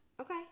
Okay